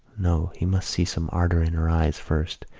no, he must see some ardour in her eyes first.